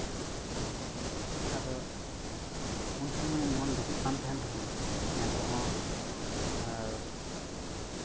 ᱟᱫᱚ ᱩᱱ ᱥᱚᱢᱚᱭ ᱢᱚᱱ ᱫᱩᱠᱚᱜ ᱠᱟᱱ ᱛᱟᱦᱮᱸ ᱨᱮᱦᱚᱸ ᱮᱱᱨᱮᱦᱚᱸ